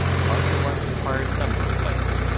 the larger ones required a number of bites.